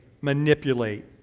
manipulate